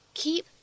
keep